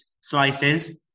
slices